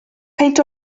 peint